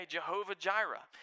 Jehovah-Jireh